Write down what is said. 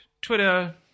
Twitter